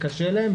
איש?